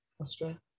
Austria